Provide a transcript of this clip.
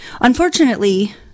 unfortunately